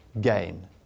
gain